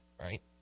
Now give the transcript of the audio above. right